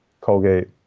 Colgate